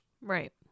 right